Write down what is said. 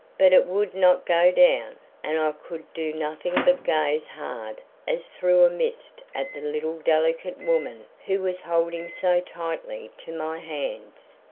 but it would not go down, and i could do nothing but gaze hard as through a mist at the little delicate woman who was holding so tightly to my hands.